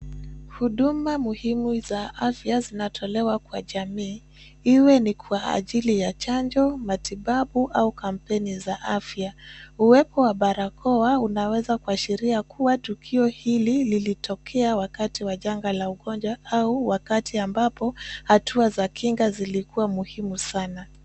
Huduma muhimu za afya zinatolewa kwa jamii, iwe ni kwa ajili ya chanjo, matibabu au kampeni za afya. Uwepo wa barakoa unaweza kuashiria kuwa tukio hili lilitokea wakati wa janga la ugonjwa au wakati ambapo hatua za kinga zilikuwa muhimu sana.